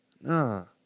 No